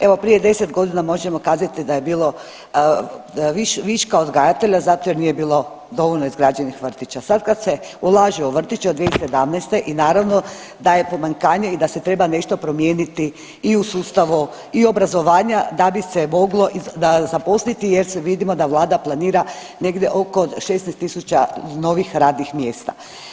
Evo prije 10 godina možemo kazati da je bilo viška odgajatelja zato jer nije bilo dovoljno izgrađenih vrtića, sad kad se ulaže u vrtiće od 2017. i naravno da je pomanjkanje i da se treba nešto promijeniti i u sustavu obrazovanja da bi se moglo zaposliti jer vidimo da vlada planira negdje oko 16.000 novih radnih mjesta.